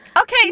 Okay